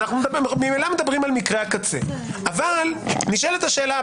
אבל נשאלת השאלה,